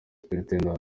supt